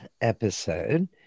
episode